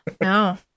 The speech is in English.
no